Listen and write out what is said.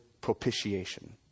propitiation